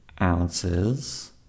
ounces